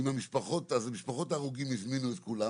ממשפחות ההרוגים הזמינו את כולם,